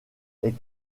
est